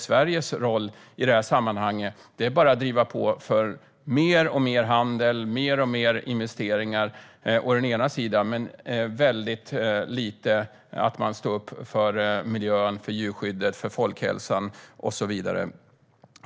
Sveriges roll i sammanhanget verkar vara att bara driva på för mer och mer handel och mer och mer investeringar. Men man står väldigt lite upp för miljön, djurskyddet, folkhälsan och så vidare.